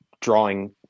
drawing